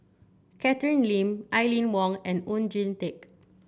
Catherine Lim Aline Wong and Oon Jin Teik